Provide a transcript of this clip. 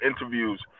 interviews